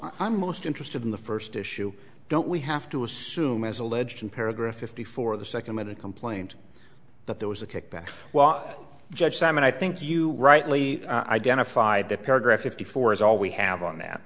i'm most interested in the first issue don't we have to assume as alleged in paragraph fifty four of the second minute complaint that there was a kickback well judge sam and i think you rightly identified that paragraph fifty four is all we have on that